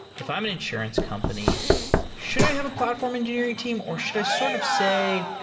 if i'm an insurance company should i have a platform engineering team or should i sort of say,